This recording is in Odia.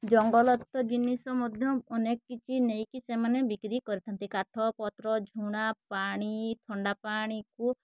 ଜଙ୍ଗଲତ୍ୟ ଜିନିଷ ମଧ୍ୟ ଅନେକ କିଛି ନେଇକି ସେମାନେ ବିକ୍ରି କରିଥାନ୍ତି କାଠ ପତ୍ର ଝୁଣା ପାଣି ଥଣ୍ଡା ପାଣିକୁ